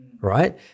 right